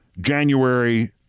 January